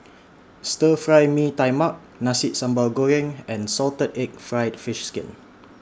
Stir Fry Mee Tai Mak Nasi Sambal Goreng and Salted Egg Fried Fish Skin